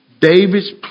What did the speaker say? David's